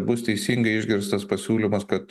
bus teisingai išgirstas pasiūlymas kad